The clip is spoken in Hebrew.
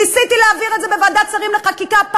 ניסיתי להעביר את זה בוועדת שרים לחקיקה,